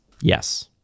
Yes